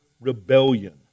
rebellion